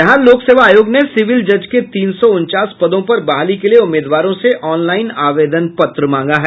बिहार लोक सेवा आयोग ने सिविल जज के तीन सौ उनचास पदों पर बहाली के लिये उम्मीदवारों से ऑनलाईन आवेदन पत्र मांगा है